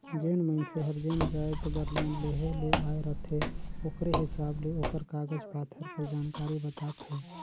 जेन मइनसे हर जेन जाएत बर लोन लेहे ले आए रहथे ओकरे हिसाब ले ओकर कागज पाथर कर जानकारी बताथे